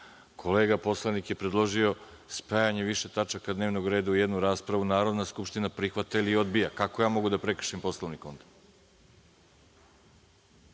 poslanik je predložio spajanje više tačaka dnevnog reda u jednu raspravu, Narodna skupština prihvata ili odbija. Kako ja mogu da prekršim Poslovnik onda?